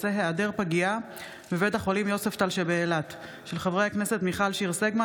בהצעתם של חברי הכנסת מיכל שיר סגמן,